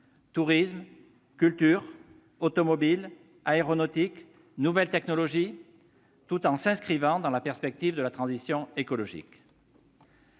tourisme, culture, automobile, aéronautique, nouvelles technologies -, tout en s'inscrivant dans la perspective de la transition écologique.